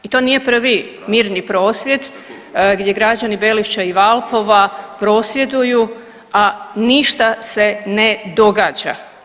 I to nije prvi mirni prosvjed gdje građani Belišća i Valpova prosvjeduju, a ništa se ne događa.